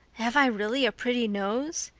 have i really a pretty nose?